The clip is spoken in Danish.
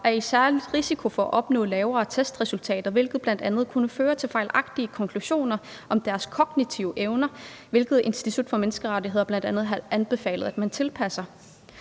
er i særlig risiko for at opnå lavere testresultater, hvilket bl.a. kunne føre til fejlagtige konklusioner om deres kognitive evner, og det er noget, Institut for Menneskerettigheder bl.a. har anbefalet at man tilpasser.